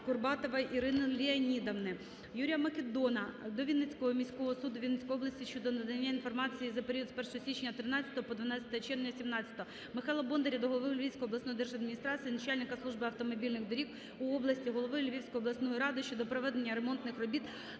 Курбатової Ірини Леонідівни. Юрія Македона до Вінницького міського суду Вінницької області щодо надання інформації за період з 1 січня 13-го по 12 червня 17-го. Михайла Бондаря до голови Львівської обласної державної адміністрації, начальника Служби автомобільних доріг у області, голови Львівської обласної ради щодо проведення ремонтних робіт